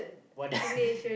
what the